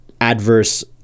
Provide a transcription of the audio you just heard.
adverse